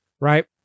right